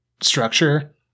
structure